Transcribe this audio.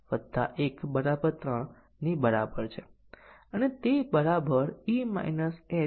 અને જ્યારે આપણે તેથી જ્યારે a 10 સાચું છે અને આ ખોટા સાચા ખોટા સાચા પર સેટ કરેલા છે